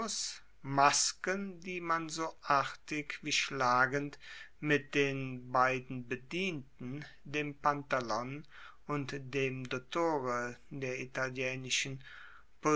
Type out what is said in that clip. masken die man so artig wie schlagend mit den beiden bedienten dem pantalon und dem dottore der italienischen